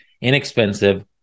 inexpensive